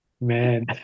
Man